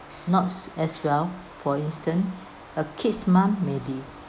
not s~ as well for instance a kid's mum maybe